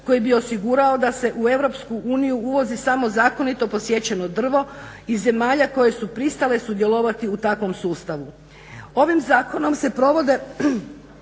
koji bi osigurao da se u EU uvozi samo zakonito posjećeno drvo iz zemalja koje su pristale sudjelovati u takvom sustavu. Ovim zakonom se provode